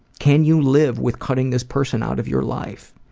can you live with cutting this person out of your life?